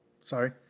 Sorry